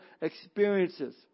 experiences